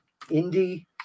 indie